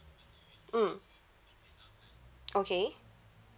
mm okay